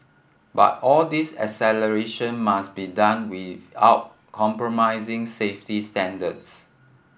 but all this acceleration must be done without compromising safety standards